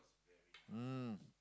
mm